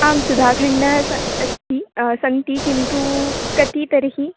आं सुधाखण्डः सः अस्ति सन्ति किन्तु कति तर्हि